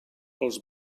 als